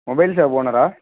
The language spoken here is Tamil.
mobile shop ஓனரா